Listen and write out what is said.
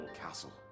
Castle